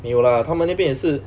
没有 lah 他们那边也是